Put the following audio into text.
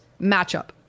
matchup